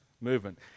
movement